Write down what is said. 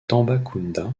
tambacounda